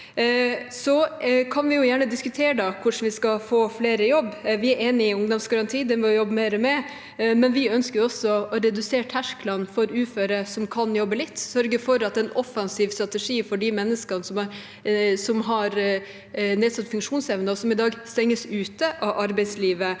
Så kan vi gjerne diskutere hvordan vi skal få flere i jobb. Vi er enige om ungdomsgaranti, og det må vi jobbe mer med. Vi ønsker også å senke tersklene for uføre som kan jobbe litt, og sørge for at det er en offensiv strategi for de menneskene som har nedsatt funksjonsevne og som i dag stenges ute av arbeidslivet,